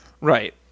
Right